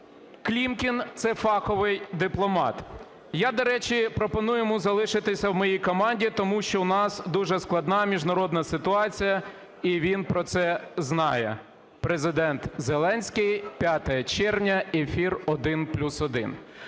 Клімкін – це фаховий дипломат. "Я, до речі, пропоную йому залишитися в моїй команді, тому що у нас дуже складна міжнародна ситуація і він про це знає" – Президент Зеленський, 5 червня, ефір "1+1".